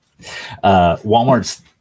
Walmarts